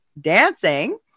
dancing